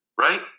right